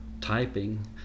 typing